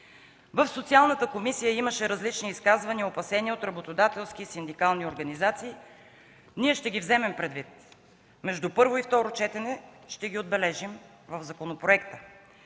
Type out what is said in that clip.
В Социалната комисия имаше различни изказвания и опасения от работодателски и синдикални организации. Ние ще ги вземем предвид и между първо и второ четене ще ги отбележим в законопроекта.